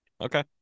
Okay